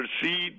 proceed